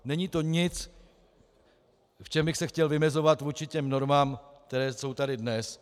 Není to nic, v čem bych se chtěl vymezovat vůči těm normám, které jsou tady dnes.